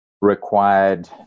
required